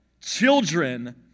children